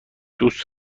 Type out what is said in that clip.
دوست